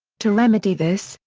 to remedy this,